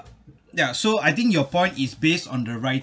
ya so I think your point is based on the wri~